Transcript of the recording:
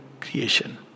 creation